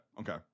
Okay